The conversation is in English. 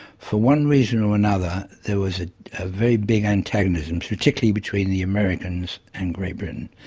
for one reason or another, there was a ah very big antagonism, particularly between the americans and great britain.